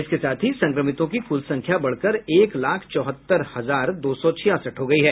इसके साथ ही संक्रमितों की कुल संख्या बढ़कर एक लाख चौहत्तर हजार दो सौ छियासठ हो गयी है